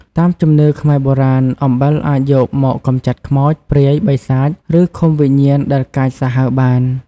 តាមជំនឿខ្មែរបុរាណ អំបិលអាចយកមកកម្ចាត់ខ្មោច ព្រាយ បិសាច ឬឃុំវិញ្ញាណដែលកាចសាហាវបាន។